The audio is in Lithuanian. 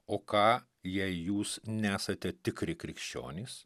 o ką jei jūs nesate tikri krikščionys